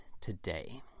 today